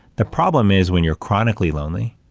the problem is when you're chronically lonely,